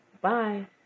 Bye